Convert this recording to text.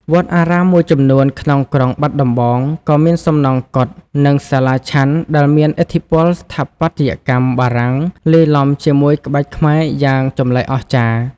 វត្តអារាមមួយចំនួនក្នុងក្រុងបាត់ដំបង ក៏មានសំណង់កុដិ និងសាលាឆាន់ដែលមានឥទ្ធិពលស្ថាបត្យកម្មបារាំងលាយឡំជាមួយក្បាច់ខ្មែរយ៉ាងចម្លែកអស្ចារ្យ។